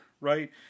right